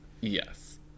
Yes